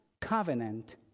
covenant